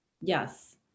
Yes